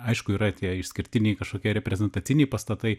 aišku yra tie išskirtiniai kažkokie reprezentaciniai pastatai